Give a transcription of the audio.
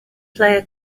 player